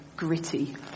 Gritty